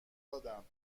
دادم